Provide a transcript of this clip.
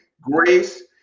grace